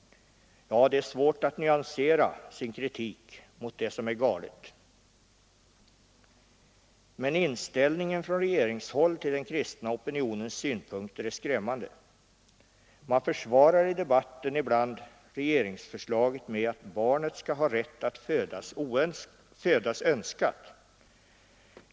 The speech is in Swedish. Ja, det är svårt att nyansera sin kritik mot det som är helt galet. Men inställningen från regeringshåll till den kristna opinionens synpunkter är skrämmande. I debatten försvarar man ibland regeringsförslaget med att barnet skall ha rätt att födas önskat.